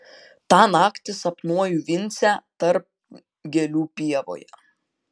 tą naktį sapnuoju vincę tarp gėlių pievoje